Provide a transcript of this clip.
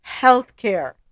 healthcare